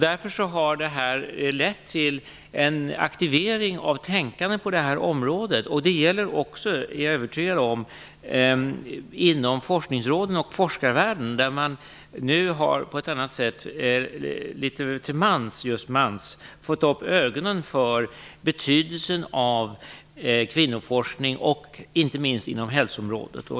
Därför har det här lett till en aktivering av tänkandet på detta område. Det gäller också, det är jag övertygad om, inom forskningsråden och forskarvärlden. Där har man ju nu på ett något annorlunda sätt litet till mans fått upp ögonen för betydelsen av kvinnoforskning, inte minst inom hälsoområdet.